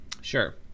Sure